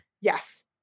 Yes